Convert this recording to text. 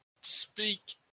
speak